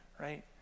Right